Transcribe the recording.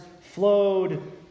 flowed